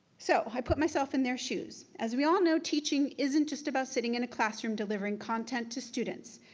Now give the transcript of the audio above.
so, i put myself in their shoes. as we all know, teaching isn't just about sitting in a classroom delivering content to students.